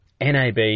NAB